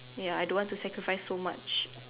ya I don't want to sacrifice so much